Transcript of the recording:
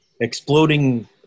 exploding